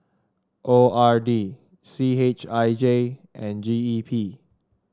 O R D C H I J and G E P